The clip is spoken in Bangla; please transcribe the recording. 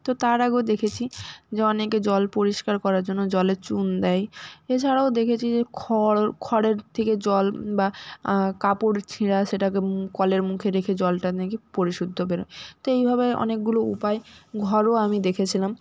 তো তার আগেও দেখছি যে অনেকে জল পরিষ্কার করার জন্য জলে চুন দেয় এছাড়াও দেখেছি যে খর খরের থেকে জল বা কাপড় ছেঁড়া সেটাকে কলের মুখে রেখে জলটা নাকি পরিশুদ্ধ বেরোয় তো এইভাবে অনেকগুলো উপায় ঘরোয়া আমি দেখেছিলাম